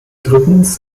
drittens